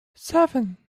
seven